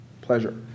pleasure